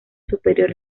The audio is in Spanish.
superior